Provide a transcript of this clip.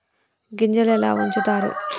గింజలు ఎలా ఉంచుతారు?